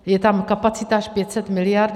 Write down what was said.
Je tam kapacita až 500 miliard.